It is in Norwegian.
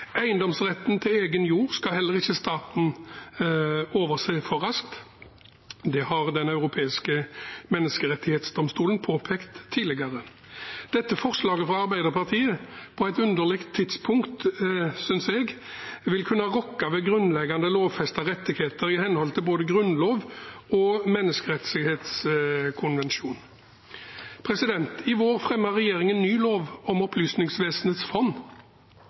Eiendomsretten til egen jord skal heller ikke staten overse for raskt, det har Den europeiske menneskerettighetsdomstol påpekt tidligere. Dette forslaget fra Arbeiderpartiet – på et underlig tidspunkt, synes jeg – vil kunne rokke ved grunnleggende lovfestede rettigheter i henhold til både Grunnloven og menneskerettighetskonvensjonen. I vår fremmet regjeringen en ny lov om Opplysningsvesenets fond.